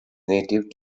native